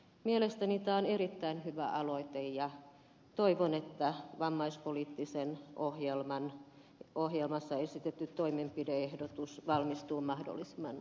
mielestäni tämä on erittäin hyvä aloite ja toivon että vammaispoliittisessa ohjelmassa esitetty toimenpide ehdotus valmistuu mahdollisimman nopeasti